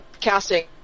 casting